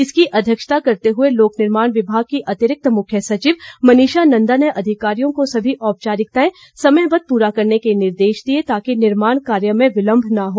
इसकी अध्यक्षता करते हुए लोक निर्माण विभाग की अतिरिक्त मुख्य सचिव मनीषा नंदा ने अधिकारियों को सभी औपचारिकताएं समयबद्ध पूरा करने के निर्देश दिए ताकि निर्माण कार्य में विलम्ब न हो